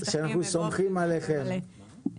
סומכים עליכם.